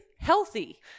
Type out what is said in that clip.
Healthy